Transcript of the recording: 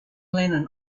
lennon